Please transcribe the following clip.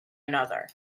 another